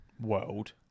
world